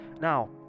Now